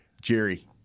Jerry